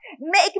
Make